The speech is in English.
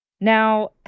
Now